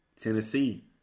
Tennessee